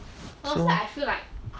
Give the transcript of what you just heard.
so